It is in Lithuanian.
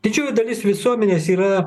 tačiau dalis visuomenės yra